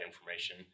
information